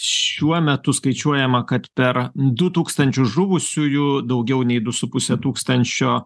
šiuo metu skaičiuojama kad per du tūkstančius žuvusiųjų daugiau nei du su puse tūkstančio